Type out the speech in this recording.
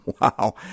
Wow